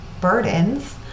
burdens